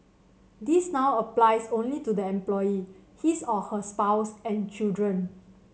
this now applies only to the employee his or her spouse and children